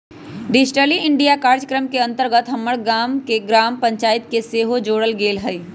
digital India काजक्रम के अंतर्गत हमर गाम के ग्राम पञ्चाइत के सेहो जोड़ल गेल हइ